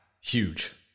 Huge